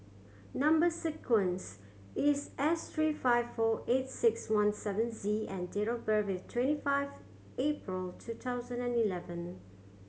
number sequence is S three five four eight six one seven Z and date of birth is twenty five April two thousand and eleven